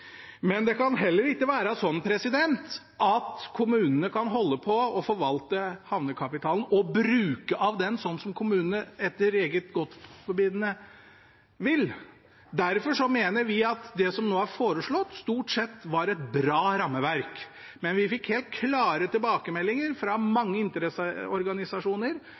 Men det kan heller ikke være sånn at kommunene etter eget forgodtbefinnende kan holde på og forvalte havnekapitalen og bruke av den som de vil. Derfor mener vi at det som nå er foreslått, stort sett er et bra rammeverk, men vi fikk helt klare tilbakemeldinger fra mange interesseorganisasjoner,